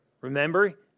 remember